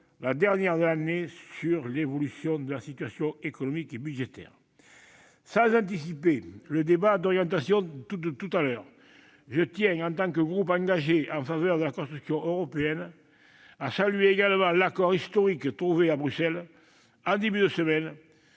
la dernière de l'année sur l'évolution de la situation économique et budgétaire. Sans anticiper le débat d'orientation qui suivra, je tiens, au nom d'un groupe engagé en faveur de la construction européenne, à saluer également l'accord historique trouvé à Bruxelles en début de semaine